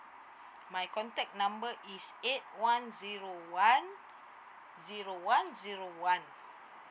my contact number is eight one zero one zero one zero one